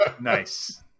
Nice